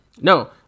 No